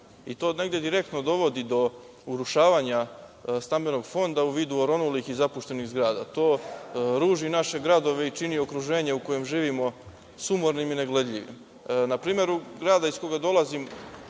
i to negde direktno dovodi do urušavanja stambenog fonda u vidu oronulih i zapuštenih zgrada. To ruži naše gradove i čini okruženje u kojem živimo sumornim i negledljivim. Na primeru, iz grada iz kojeg dolazim,